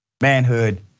Manhood